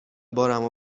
بارمو